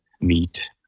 meet